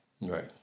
right